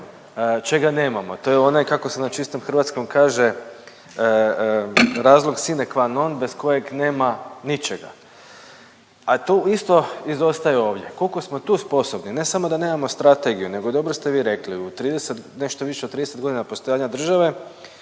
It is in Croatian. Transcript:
čega nemamo to je onaj kako se na čistom hrvatskom kaže razlog sinequanone bez kojeg nema ničega, a tu isto izostaje ovdje koliko smo tu sposobni ne samo da nemamo strategiju nego dobro ste vi rekli u 30 nešto više od 30 godina postojanja države